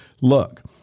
Look